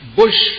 bush